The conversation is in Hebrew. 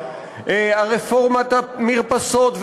רפורמת המרפסות,